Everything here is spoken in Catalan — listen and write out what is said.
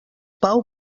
pau